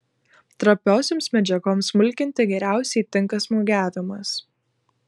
trapiosioms medžiagoms smulkinti geriausiai tinka smūgiavimas